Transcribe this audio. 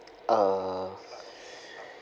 uh